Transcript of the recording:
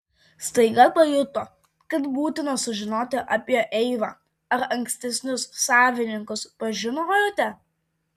staiga pajuto kad būtina sužinoti apie eivą ar ankstesnius savininkus pažinojote